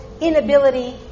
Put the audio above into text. inability